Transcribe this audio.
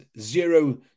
zero